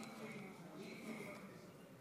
(מחיאות כפיים)